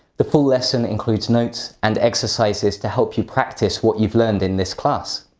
the full lesson includes notes and exercises to help you practise what you've learned in this class.